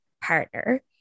partner